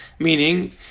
Meaning